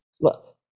look